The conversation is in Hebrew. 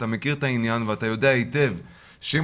אתה מכיר את העניין ואתה יודע היטב שאם